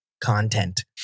content